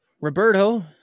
Roberto